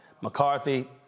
McCarthy